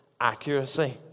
accuracy